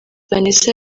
vanessa